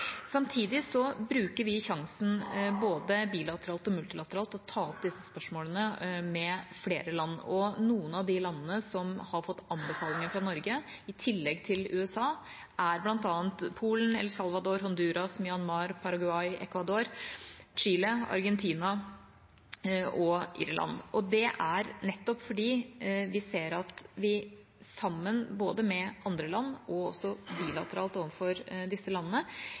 ta opp disse spørsmålene med flere land. Noen av de landene som har fått anbefalinger fra Norge, i tillegg til USA, er bl.a. Polen, El Salvador, Honduras, Myanmar, Paraguay, Ecuador, Chile, Argentina og Irland. Det er nettopp fordi vi ser at vi sammen, både med andre land og også bilateralt overfor disse landene,